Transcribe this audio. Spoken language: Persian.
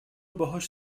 باهاش